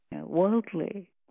Worldly